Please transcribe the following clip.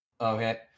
Okay